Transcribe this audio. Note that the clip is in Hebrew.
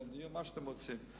מה שאתם רוצים.